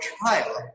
trial